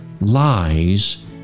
lies